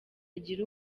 agira